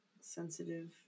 sensitive